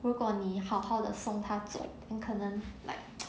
如果你好好的送他走可能 like